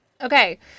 Okay